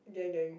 gang gang